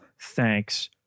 Thanks